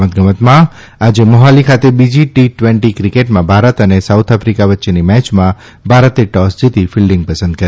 મતગમતમાં આજે માફાલી ખાતે બીજી ટી ટ્વેન્ટી ક્રિકેટમાં ભારત અને સાઉથ આફિકા વચ્ચેની મેચમાં ભારતે ટાલ્સ જીતી ફિલ્ડીંગ પસંદ કરી